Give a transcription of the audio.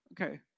Okay